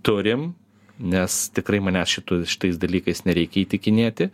turim nes tikrai manęs šitu šitais dalykais nereikia įtikinėti